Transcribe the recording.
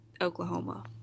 Oklahoma